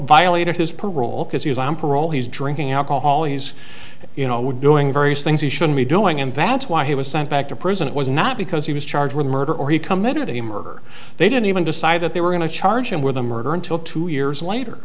his parole because he was on parole he's drinking alcohol he's you know doing various things he shouldn't be doing and that's why he was sent back to prison it was not because he was charged with murder or he committed a murder they didn't even decide that they were going to charge him with a murder until two years later